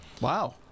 Wow